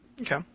Okay